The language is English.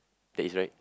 that is right